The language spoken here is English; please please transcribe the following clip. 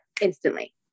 instantly